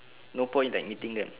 no point like meeting them